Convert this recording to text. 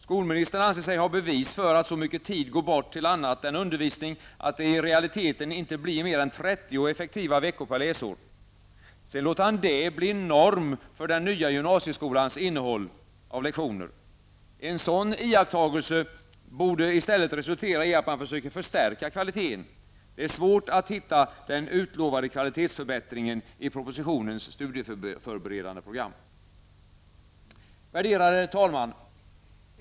Skolministern anser sig ha bevis för att så mycket tid går bort till annat än undervisning att det i realiteten inte blir mer än 30 effektiva veckor per läsår. Sedan låter han det bli norm för den nya gymnasieskolans innehåll av lektioner. En sådan iakttagelse borde i stället resultera i att man försöker förstärka kvaliteten. Det är svårt att hitta den utlovade kvalitetsförbättringen i propositionens studieförberedande program. Värderande talman!